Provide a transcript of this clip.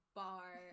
bar